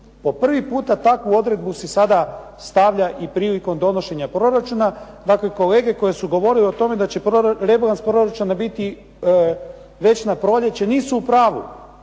Po prvi puta takvu odredbu si sada stavlja i prilikom donošenja proračuna. Dakle, kolege koji su govorili o tome da će rebalans proračuna biti već na proljeće nisu u pravu.